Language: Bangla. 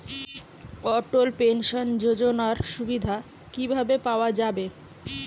অটল পেনশন যোজনার সুবিধা কি ভাবে পাওয়া যাবে?